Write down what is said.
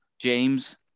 James